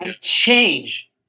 change